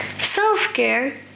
Self-care